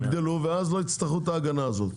ואז לא יצטרכו את ההגנה הזאת.